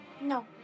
No